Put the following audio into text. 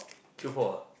true fall ah